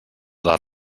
les